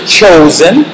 chosen